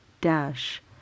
dash